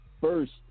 first